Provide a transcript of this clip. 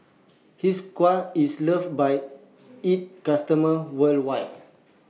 Hiruscar IS loved By its customers worldwide